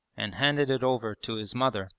and handed it over to his mother,